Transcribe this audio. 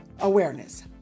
awareness